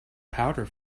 powder